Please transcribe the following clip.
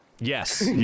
Yes